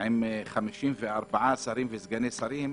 עם 54 שרים וסגני שרים,